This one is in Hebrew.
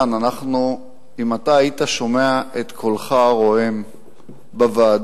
אם אתה היית שומע את קולך הרועם בוועדות,